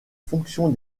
fonction